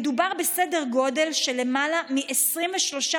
מדובר בסדר גודל של למעלה מ-23,000